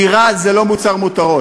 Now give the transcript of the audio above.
דירה היא לא מוצר מותרות,